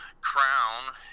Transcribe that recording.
crown